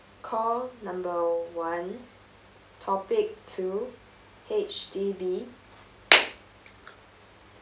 call number one topic two H_D_B